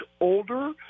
older